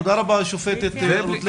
תודה רבה השופטת סביונה רוטלוי.